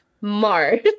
Mars